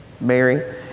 Mary